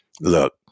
look